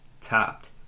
topped